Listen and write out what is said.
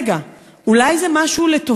רגע, אולי זה לטובה?